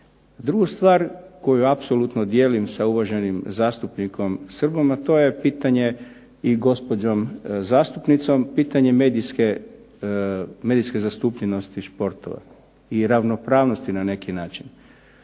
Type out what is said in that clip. Druga stvar koju apsolutno dijelim sa uvaženim zastupnikom Srbom a to je pitanje i gospođom zastupnicom, pitanje medijske zastupljenosti sportova i ravnopravnosti na neki način.